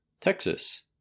Texas